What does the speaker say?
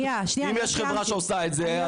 אם יש חברה שעושה את זה,